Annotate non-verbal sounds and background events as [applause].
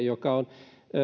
[unintelligible] joka on